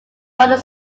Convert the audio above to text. modern